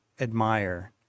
admire